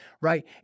right